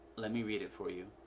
let me read it for you.